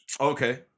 Okay